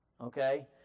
Okay